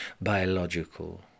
biological